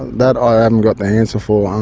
that i haven't got the answer for.